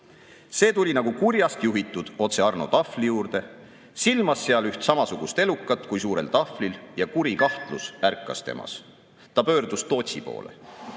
See tuli, nagu kurjast juhitud, otse Arno tahvli juurde, silmas seal üht samasugust elukat kui suurel tahvlil, ja kuri kahtlus ärkas temas. Ta pöördus Tootsi